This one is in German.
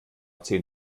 zehn